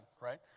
right